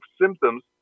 symptoms